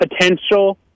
potential